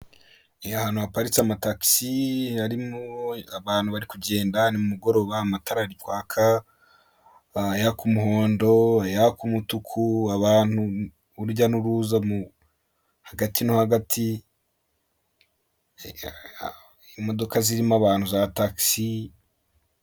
Ni ahantu haparitse amatagisi harimo abantu bari kugenda nimugoroba. Amatara yaka umuhondo, ayaka umutuku, urujya n'uruza hagati no hagati, imodoka zirimo abantu za taxi.